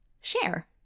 share